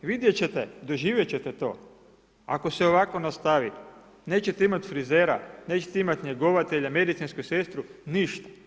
I vidjeti ćete, doživjeti ćete to, ako se ovako nastavi nećete imati frizera, nećete imati njegovatelja, medicinsku sestru, ništa.